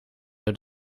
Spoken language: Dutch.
door